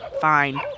fine